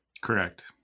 Correct